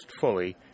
fully